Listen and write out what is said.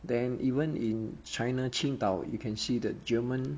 then even in china 青岛 you can see the german